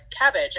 cabbage